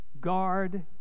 guard